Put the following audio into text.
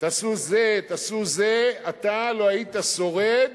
תעשו זה ותעשו זה, אתה לא היית שורד